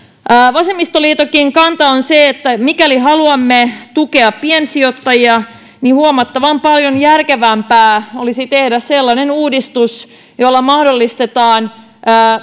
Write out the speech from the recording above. vasemmistoliitonkin kanta on se että mikäli haluamme tukea piensijoittajia niin huomattavan paljon järkevämpää olisi tehdä sellainen uudistus jolla mahdollistetaan